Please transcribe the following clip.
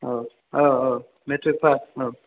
औ औ औ मेट्रिक फास औ